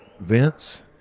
Vince